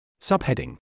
Subheading